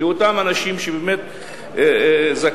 מאותם אנשים שבאמת זכאים,